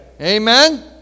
Amen